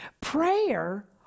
Prayer